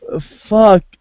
Fuck